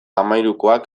hamahirukoak